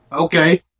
Okay